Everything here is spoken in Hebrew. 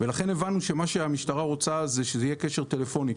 לכן הבנו שמה שהמשטרה רוצה זה שזה יהיה קשר טלפוני.